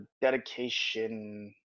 Dedication